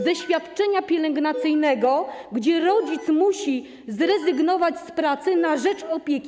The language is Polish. Ze świadczenia pielęgnacyjnego - gdy rodzic musi zrezygnować z pracy na rzecz opieki.